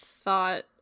thought